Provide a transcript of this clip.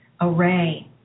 array